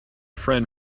friend